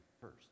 first